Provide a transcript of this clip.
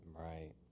Right